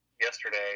yesterday